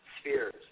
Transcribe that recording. spheres